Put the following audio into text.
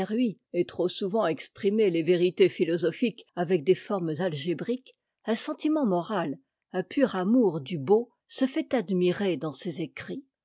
ait trop souvent exprimé les vérités philosophiques avec des formes algébriques un sentiment moral un pur amour du beau se fait admirer dans ses écrits